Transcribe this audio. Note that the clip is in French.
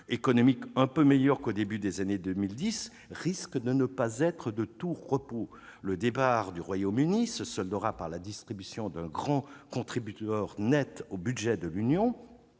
économique quelque peu meilleure qu'au début des années 2010, risque de ne pas être de tout repos. Le départ du Royaume-Uni se soldera par la disparition d'un grand contributeur net au budget de l'Union,